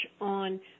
on